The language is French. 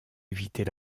éviter